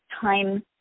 time